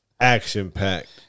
Action-packed